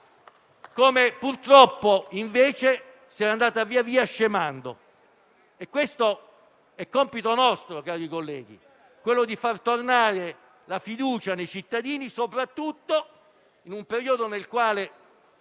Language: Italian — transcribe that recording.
che, purtroppo, invece, è andata via via scemando. Questo è compito nostro, cari colleghi: far tornare la fiducia nei cittadini, soprattutto in un periodo nel quale